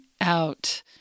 out